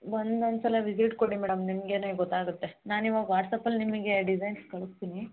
ಬಂದು ಒಂದು ಸಲ ವಿಸಿಟ್ ಕೊಡಿ ಮೇಡಮ್ ನಿಮ್ಗೇನೆ ಗೊತ್ತಾಗುತ್ತೆ ನಾನು ಇವಾಗ ವಾಟ್ಸಪ್ ಅಲ್ಲಿ ನಿಮಗೆ ಡಿಸೈನ್ಸ್ ಕಳಿಸ್ತೀನಿ